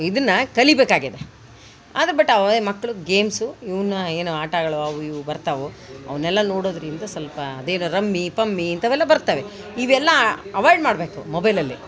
ಇದನ್ನು ಕಲಿಬೇಕಾಗಿದೆ ಅದು ಬಿಟ್ಟು ಅವೇ ಮಕ್ಳದೇ ಗೇಮ್ಸು ಇವನ ಏನು ಆಟಗಳು ಅವು ಇವು ಬರ್ತಾವೋ ಅವನೆಲ್ಲ ನೋಡೋದ್ರಿಂದ ಸ್ವಲ್ಪ ಅದೆನು ರಮ್ಮಿ ಪಮ್ಮಿ ಇಂಥವೆಲ್ಲ ಬರ್ತಾವೆ ಇವೆಲ್ಲ ಅವೈಡ್ ಮಾಡಬೇಕು ಮೊಬೈಲಲ್ಲಿ